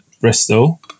bristol